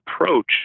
approach